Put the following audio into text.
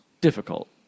difficult